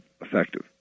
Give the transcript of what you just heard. effective